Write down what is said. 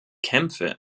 kämpfe